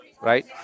right